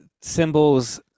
symbols